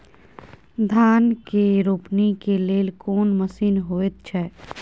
धान के रोपनी के लेल कोन मसीन होयत छै?